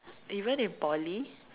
even in Poly